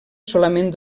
solament